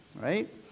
right